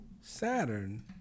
Saturn